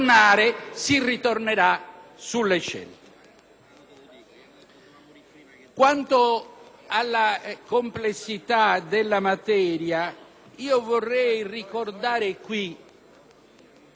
Quanto alla complessità della materia, io vorrei ricordare qui, per comune consapevolezza,